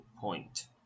point